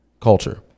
culture